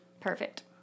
Perfect